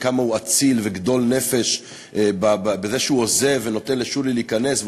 וכמה הוא אציל וגדול נפש בזה שהוא עוזב ונותן לשולי להיכנס,